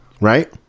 right